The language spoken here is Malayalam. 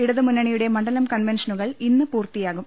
ഇടതുമുന്നണിയുടെ മണ്ഡലം കൺവെൻഷനുകൾ ഇന്ന് പൂർത്തിയാകും